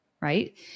right